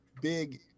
big